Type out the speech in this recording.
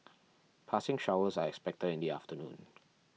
passing showers are expected in the afternoon